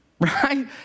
Right